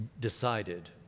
decided